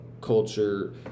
culture